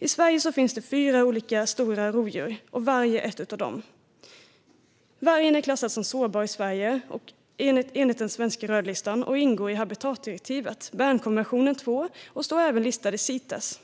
I Sverige finns fyra olika stora rovdjur. Varg är ett av dem. Vargen är klassad som sårbar i Sverige enligt den svenska rödlistan. Den ingår i habitatdirektivet och Bernkonventionen och står även listad i Cites.